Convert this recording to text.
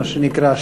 מה שנקרא,